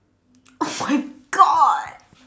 oh my god